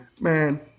man